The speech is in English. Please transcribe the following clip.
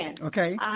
Okay